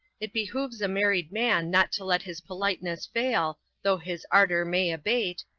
it behoves a married man not to let his politeness fail, though his ardor may abate,